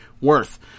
worth